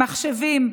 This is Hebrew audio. מחשבים,